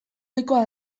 ohikoa